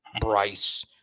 Bryce